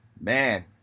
man